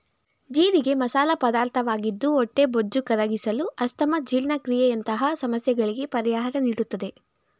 ಜೀರಿಗೆ ಮಸಾಲ ಪದಾರ್ಥವಾಗಿದ್ದು ಹೊಟ್ಟೆಬೊಜ್ಜು ಕರಗಿಸಲು, ಅಸ್ತಮಾ, ಜೀರ್ಣಕ್ರಿಯೆಯಂತ ಸಮಸ್ಯೆಗಳಿಗೆ ಪರಿಹಾರ ನೀಡುತ್ತದೆ